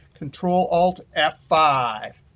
control alt f five.